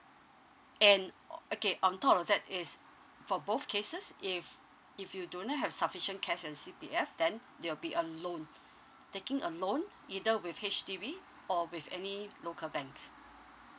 and okay on top of that is for both cases if if you do not have sufficient cash at C_P_F then there will be a loan taking a loan either with H_D_B or with any local banks